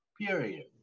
period